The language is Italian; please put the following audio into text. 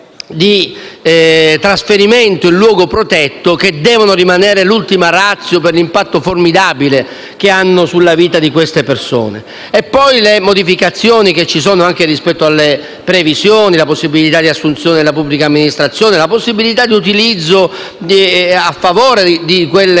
di trasferimento in luogo protetto, che devono rimanere l'ultima *ratio* considerato l'impatto formidabile che hanno sulla vita di queste persone. Segnalo poi le modificazioni che ci sono anche rispetto alle previsioni: la possibilità di assunzione nella pubblica amministrazione e le possibilità a favore delle